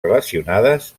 relacionades